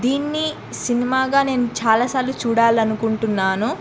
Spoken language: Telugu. దీన్ని సినిమాగా నేను చాలాసార్లు చూడాలనుకుంటున్నాను